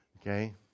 Okay